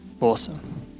awesome